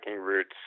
routes